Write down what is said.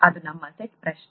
ಅದು ನಮ್ಮ ಸೆಟ್ ಪ್ರಶ್ನೆ